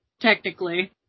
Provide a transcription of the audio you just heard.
technically